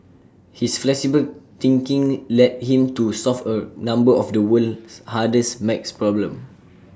his flexible thinking led him to solve A number of the world's hardest math problems